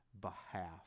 behalf